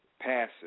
passes